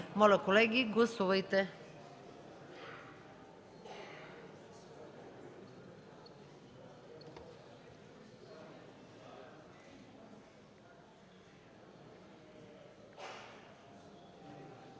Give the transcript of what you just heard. Моля, колеги, гласувайте.